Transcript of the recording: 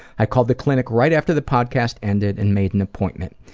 i called the clinic right after the podcast ended and made an appointment.